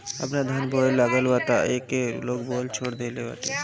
अब धान बोआए लागल बा तअ एके लोग बोअल छोड़ देहले बाटे